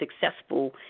successful